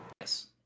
Yes